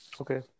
Okay